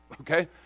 okay